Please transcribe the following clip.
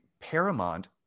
Paramount